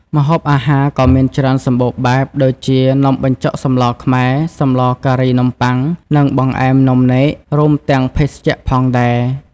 ម្ហូបអាហារក៏មានច្រើនសម្បូរបែប ដូចជា នំបញ្ចុកសម្លខ្មែរ សម្លការីនំបុ័ង និងបង្អែមនំនែក រួមទាំងភេសជ្ជៈផងដែរ។